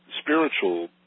spiritual